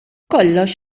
kollox